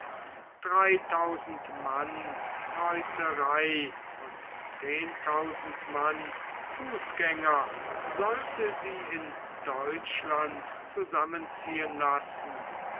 dreitausend mann reiterei und zehntausend mann fußgänger sollte sie in deutschland zusammenziehen lassen